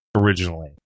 originally